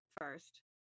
first